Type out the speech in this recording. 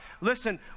Listen